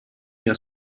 your